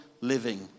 living